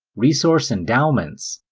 resource endowments,